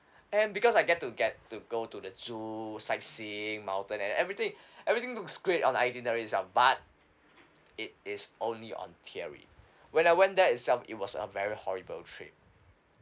and because I get to get to go to the zoo sightseeing mountain and everything everything looks great on itinerary itself but it is only on theory when I went there itself it was a very horrible trip